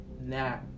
now